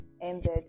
ended